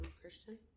Christian